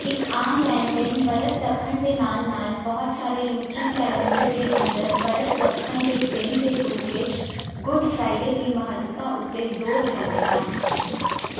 ਇੱਕ ਆਮ ਲੈਣ ਦੇਣ ਵਰਤ ਰੱਖਣ ਦੇ ਨਾਲ ਨਾਲ ਬਹੁਤ ਸਾਰੇ ਲੂਥਰਨ ਕੈਲੰਡਰ ਦੇ ਅੰਦਰ ਵਰਤ ਰੱਖਣ ਦੇ ਦਿਨ ਦੇ ਰੂਪ ਵਿੱਚ ਗੁੱਡ ਫ੍ਰਾਈਡੇ ਦੀ ਮਹੱਤਤਾ ਉੱਤੇ ਜ਼ੋਰ ਦਿੰਦੇ ਹਨ